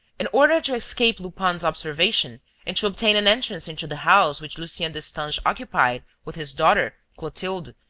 in order to escape lupin's observation and to obtain an entrance into the house which lucien destange occupied with his daughter clotilde,